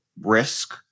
risk